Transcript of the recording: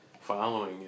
following